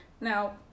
Now